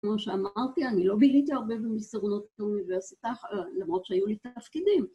‫כמו שאמרתי, אני לא ביליתי הרבה ‫במסדרונות האוניברסיטה, ‫למרות שהיו לי תפקידים.